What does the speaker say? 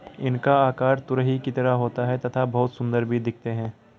इनका आकार तुरही की तरह होता है तथा बहुत सुंदर भी दिखते है